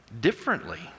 differently